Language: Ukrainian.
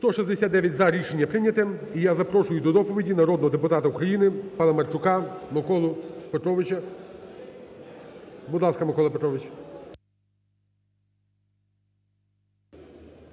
169 –за. Рішення прийняте. І я запрошую до доповіді народного депутата України Паламарчука Миколу Петровича. Будь ласка, Микола Петрович.